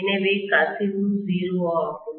எனவே கசிவு 0 ஆகும்